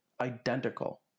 identical